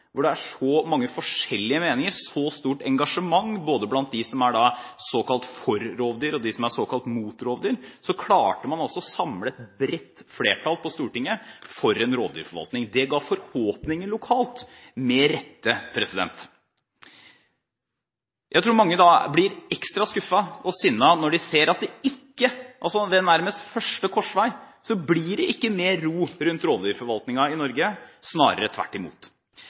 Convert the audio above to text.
hvor det er så mange forskjellige meninger og så stort engasjement både blant dem som er såkalt for rovdyr og dem som er såkalt mot rovdyr, at man klarte å samle et bredt flertall på Stortinget for en rovdyrforvaltning. Det ga forhåpninger lokalt – med rette. Jeg tror mange blir ekstra skuffet og sinte når de nærmest ved første korsvei ser at det ikke blir mer ro rundt rovdyrforvaltningen i Norge, snarere tvert imot.